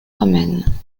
romaine